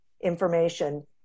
information